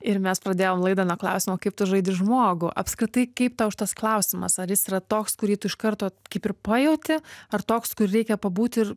ir mes pradėjom laidą nuo klausimo kaip tu žaidi žmogų apskritai kaip tau šitas klausimas ar jis yra toks kurį tu iš karto kaip ir pajauti ar toks kurį reikia pabūti ir